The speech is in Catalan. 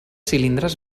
cilindres